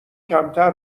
کمتر